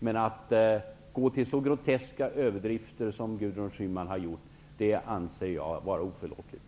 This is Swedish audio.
Men att gå till så groteska överdrifter som Gudrun Schyman har gjort anser jag vara oförlåtligt.